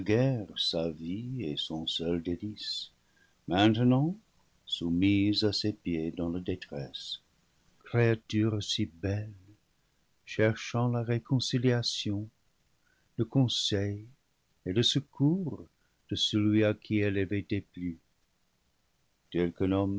sa vie et son seul délice maintenant soumise à ses pieds dans la détresse créature si belle cherchant la réconciliation le conseil et le secours de celui à qui elle avait déplu tel qu'un homme